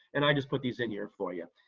and i just put these in here for you.